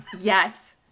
Yes